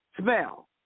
smell